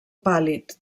pàl·lid